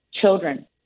children